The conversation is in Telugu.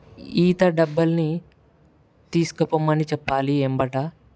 ఈత డబ్బాల్ని తీసుకపొమ్మని చెప్పాలివెంబడి